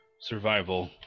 survival